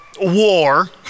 war